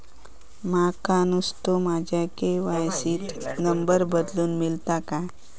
माका नुस्तो माझ्या के.वाय.सी त नंबर बदलून मिलात काय?